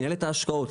מנהלת ההשקעות,